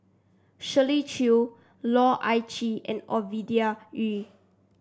Shirley Chew Loh Ah Chee and Ovidia Yu